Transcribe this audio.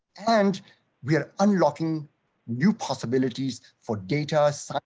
and we are unlocking new possibilities for data side.